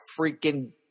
freaking